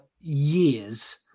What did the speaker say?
years